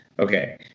Okay